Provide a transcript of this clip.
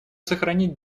сохранить